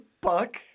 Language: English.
Buck